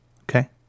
Okay